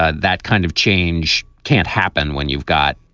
ah that kind of change can't happen when you've got,